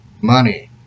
Money